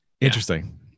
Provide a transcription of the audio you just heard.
Interesting